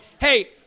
hey